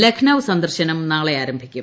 ലക്നൌ സന്ദർശനം ന്ടിള് ആരംഭിക്കും